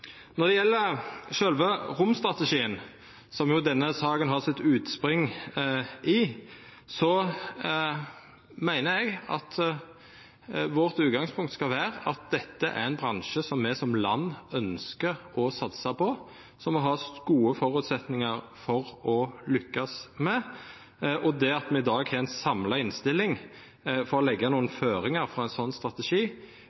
Når det gjeld sjølve romstrategien, som jo denne saka har sitt utspring i, meiner eg at vårt utgangspunkt skal vera at dette er ein bransje som me som land ønskjer å satsa på, som me har gode føresetnader for å lykkast med. Det at me i dag har ei samla innstilling for å